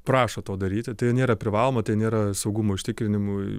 prašo to daryti tai nėra privaloma tai nėra saugumo užtikrinimui